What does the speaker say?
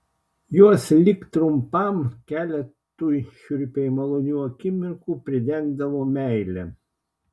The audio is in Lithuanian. juos lik trumpam keletui šiurpiai malonių akimirkų pridengdavo meile